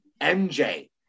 MJ